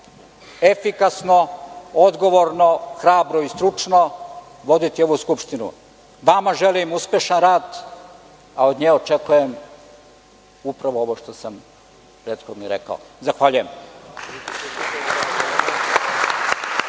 efikasno, odgovorno, hrabro i stručno, voditi ovu Skupštinu. Vama želim uspešan rad, a od nje očekujem upravo ovo što sam rekao. Zahvaljujem.